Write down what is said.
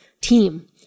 team